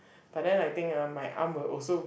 but then I think ah my arm will also